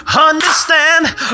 understand